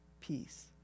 peace